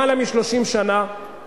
למעלה מ-30 שנה,